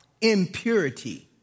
impurity